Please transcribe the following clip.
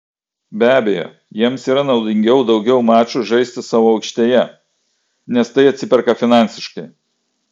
be abejo jiems yra naudingiau daugiau mačų žaisti savo aikštėje nes tai atsiperka finansiškai